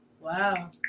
Wow